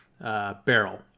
barrel